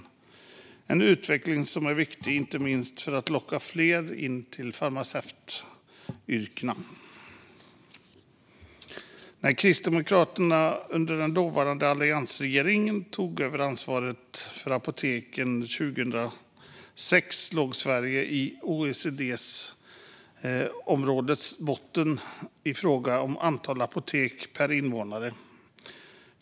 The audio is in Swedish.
Det är en viktig utveckling, inte minst för att locka fler till farmaceutyrkena. När Kristdemokraterna 2006, i dåvarande alliansregeringen, tog över ansvaret för apoteken låg Sverige i OECD-områdets botten i fråga om antal apotek per invånare.